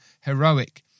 heroic